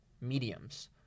mediums